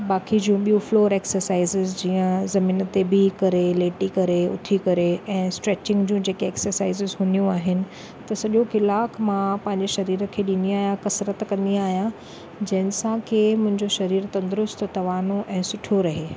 बाक़ी जूं ॿियूं फ्लोर एक्सरसाइज़िस जीअं ज़मीन ते बीह करे लेटी करे उथी करे ऐं स्ट्रेचिंग जूं जेके एक्सरसाइज़िस हूंदियूं आहिनि त सॼो कलाकु मां पंहिंजे शरीर खे ॾींदी आहियां कसरत कंदी आहियां जंहिंसां की मुंहिंजो शरीर तंदुरुस्तु तवानो ऐं सुठो रहे